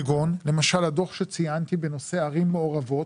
כגון למשל הדוח שציינתי בנושא ערים מעורבות,